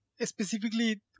specifically